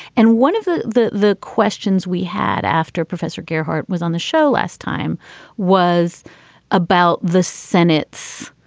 and one of the the the questions we had after professor gephardt was on the show last time was about the senates.